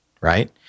right